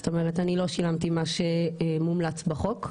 זאת אומרת לא שילמתי מה שמומלץ בחוק.